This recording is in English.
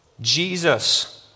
Jesus